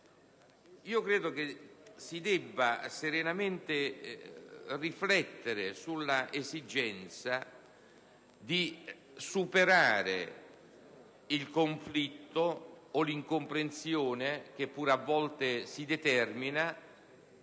Credo si debba serenamente riflettere sull'esigenza di superare il conflitto o l'incomprensione che talvolta si determina